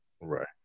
right